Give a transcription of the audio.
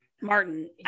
martin